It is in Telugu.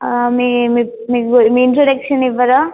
మీ మీ మీ మీ ఇంట్రడక్షన్ ఇవ్వరాా